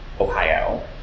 Ohio